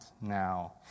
now